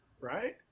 Right